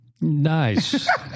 Nice